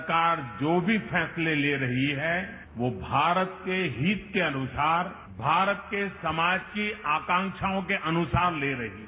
सरकार जो भी फैसले ले रही है वो भारत के हित के अनुसार भारत के समाज की आकांक्षाओं के अनुसार ले रही है